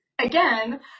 Again